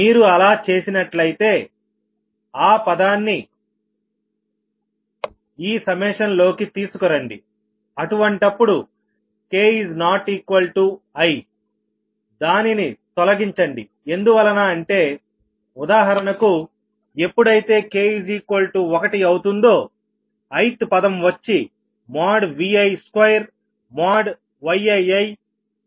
మీరు అలా చేసినట్లయితే ఆ పదాన్ని ఈ సమ్మేషన్ లోకి తీసుకురండి అటువంటప్పుడు k≠iదానిని తొలగించండి ఎందువలన అంటే ఉదాహరణకు ఎప్పుడైతే k1 అవుతుందోithపదం వచ్చి Vi2Yiisin ii